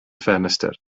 ffenestr